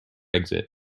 exit